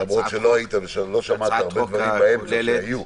למרות שלא היית ולא שמעת הרבה דברים שהיו באמצע.